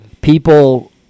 people